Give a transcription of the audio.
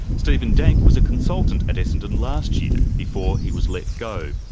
stephen dank was a consultant at essendon last year before he was let go.